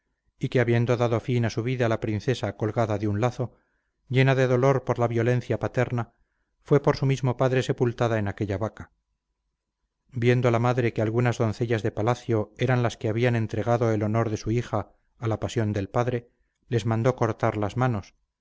y que habiendo dado fin a su vida la princesa colgada de un lazo llena de dolor por la violencia paterna fue por su mismo padre sepultada en aquella vaca viendo la madre que algunas doncellas de palacio eran las que habían entregado el honor de su hija a la pasión del padre les mandó cortar las manos